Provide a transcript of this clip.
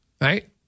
right